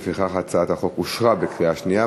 לפיכך, הצעת החוק אושרה בקריאה שנייה.